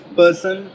person